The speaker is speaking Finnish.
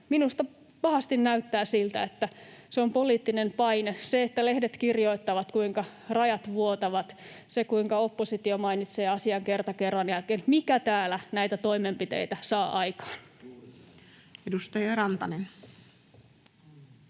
minusta pahasti näyttää siltä, että se on poliittinen paine, se, että lehdet kirjoittavat, kuinka rajat vuotavat, se, kuinka oppositio mainitsee asian kerta kerran jälkeen, mikä täällä näitä toimenpiteitä saa aikaan. [Speech